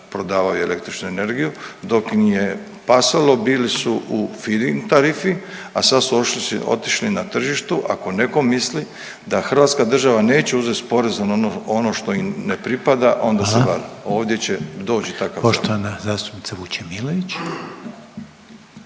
prodavaju električnu energiju dok nije pasalo bili su u finding tarifa, a sad su otišli na tržištu. Ako netko misli da hrvatska država neće uzeti porez na ono što im ne pripada onda se vara …/Upadica: Hvala./… ovdje će doći i takav zakon.